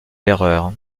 l’erreur